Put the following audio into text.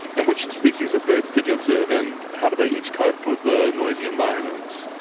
and which species of birds did you observe, and how did they each cope with the noisy environments?